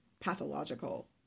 pathological